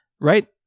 right